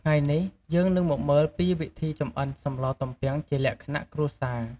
ថ្ងៃនេះ យើងនឹងមកមើលពីវិធីចម្អិនសម្លទំពាំងជាលក្ខណៈគ្រួសារ។